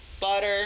butter